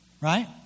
right